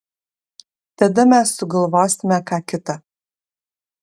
tada mes sugalvosime ką kita